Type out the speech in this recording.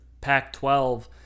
Pac-12